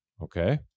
okay